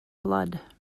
blood